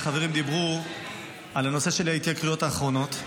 חברים דיברו על הנושא של ההתייקרויות האחרונות.